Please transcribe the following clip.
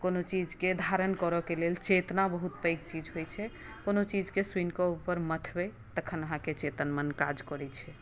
कोनो चीजकेँ धारण करऽकेँ लेल चेतना बहुत पैघ चीज होइ छै कोनो चीजकेँ सुनि कऽ ऊपर मथबै तखन अहाँकेँ चेतन मन काज करै छै